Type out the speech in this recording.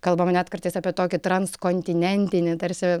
kalbame net kartais apie tokį transkontinentinį tarsi